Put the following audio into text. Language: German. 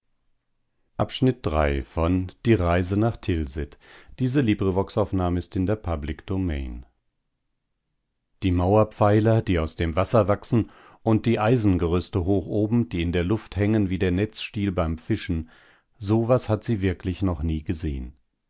näher die mauerpfeiler die aus dem wasser wachsen und die eisengerüste hoch oben die in der luft hängen wie der netzstil beim fischen so was hat sie wirklich noch nie gesehen